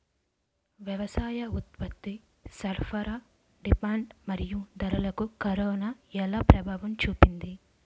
వ్యవసాయ ఉత్పత్తి సరఫరా డిమాండ్ మరియు ధరలకు కరోనా ఎలా ప్రభావం చూపింది